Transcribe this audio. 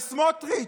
בסמוטריץ',